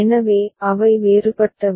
எனவே அவை வேறுபட்டவை